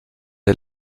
der